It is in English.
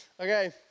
Okay